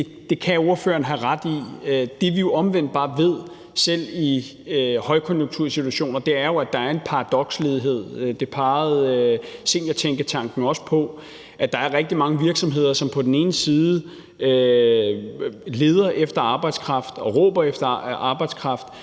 andet kan ordføreren have ret. Det, vi jo omvendt bare ved, selv i højkonjunktursituationer, er, at der er en paradoksledighed. Det pegede Seniortænketanken også på, nemlig at der er rigtig mange virksomheder, som på den ene side leder efter arbejdskraft og råber efter arbejdskraft,